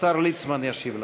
השר ליצמן ישיב לך.